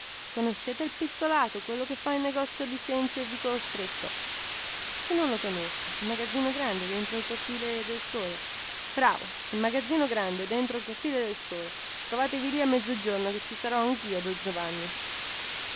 conoscete il pizzolato quello che fa negozio di cenci al vico stretto chi non lo conosce il magazzino grande dentro il cortile del sole bravo il magazzino grande dentro il cortile del sole trovatevi lì a mezzogiorno che ci sarò anchio don giovanni